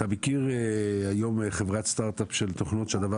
אתה מכיר היום חברת סטארט אפ של תוכנות שדבר